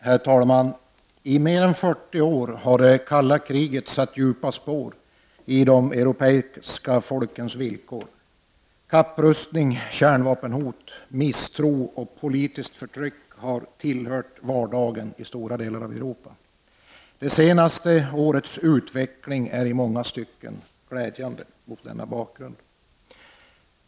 Herr talman! I mer än 40 år har det kalla kriget satt djupa spår i de europeiska folkens villkor. Kapprustning, kärnvapenhot, misstro och politiskt förtryck har tillhört vardagen i stora delar av Europa. Det senaste årets utveckling är, mot den bakgrunden, i många stycken glädjande.